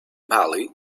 bali